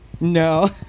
No